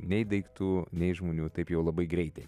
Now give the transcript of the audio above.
nei daiktų nei žmonių taip jau labai greitai